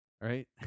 right